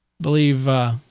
believe